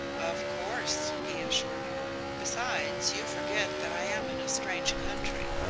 of course, he assured her. besides, you forget that i am in a strange country.